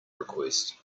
request